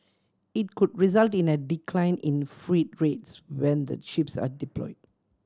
it could result in a decline in freight rates when the chips are deploy